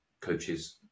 coaches